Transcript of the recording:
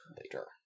later